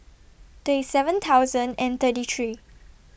thirty seven thousand thirty three